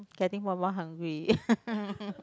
getting more and more hungry